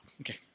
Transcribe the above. okay